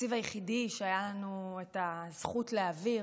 בתקציב היחידי שהייתה לנו הזכות להעביר,